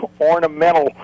ornamental